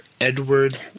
Edward